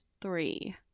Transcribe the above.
three